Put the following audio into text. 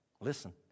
Listen